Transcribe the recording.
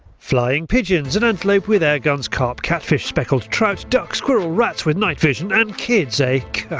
flying pigeons and antelope with airguns, carp, catfish, speckled trout, duck, squirrel, rats with night vision and kids ah like